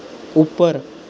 ਉੱਪਰ